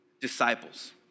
disciples